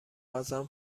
ازم